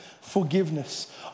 forgiveness